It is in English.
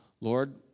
Lord